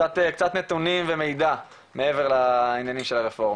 קצת נתונים ומידע, מעבר לעניינים של הרפורמה.